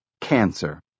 Cancer